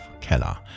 Keller